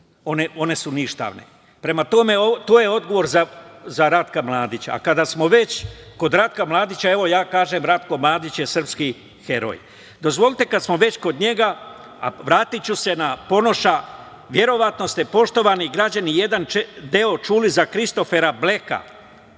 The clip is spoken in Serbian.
su ništavne. Prema tome, to je odgovor za Ratka Mladića. Kada smo već kod Ratka Mladića, evo, ja kažem da je Ratko Mladić srpski heroj. Dozvolite mi kada smo već kod njega, vratiću se na Ponoša, verovatno ste poštovani građani, bar jedan deo, čuli za Kristofera Bleka.